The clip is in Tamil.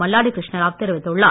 மல்லாடி கிருஷ்ணராவ் தெரிவித்துள்ளார்